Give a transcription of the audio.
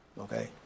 Okay